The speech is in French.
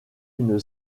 une